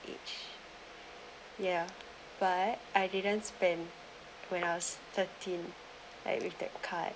each ya but I didn't spend when I was thirteen pay with that kind